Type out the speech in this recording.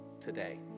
today